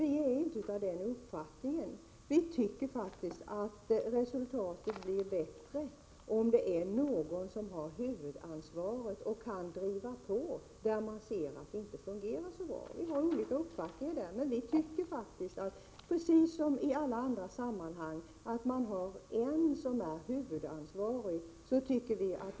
Vi är inte av den uppfattningen. Vi anser faktiskt att resultatet blir bättre om det är någon som har huvudansvaret och kan driva på när man ser att det inte fungerar så bra. Vi har här olika uppfattningar, men vi anser att man i detta fall, liksom i alla andra sammanhang, bör ha en som är huvudansvarig.